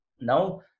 Now